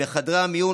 בחדרי המיון,